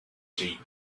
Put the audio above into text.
sheep